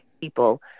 people